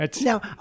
Now